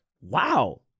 Wow